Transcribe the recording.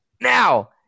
now